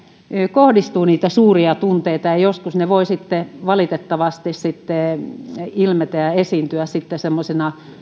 kohdistuu niitä suuria tunteita ja ja joskus ne voivat valitettavasti sitten ilmetä ja esiintyä